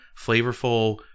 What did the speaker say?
flavorful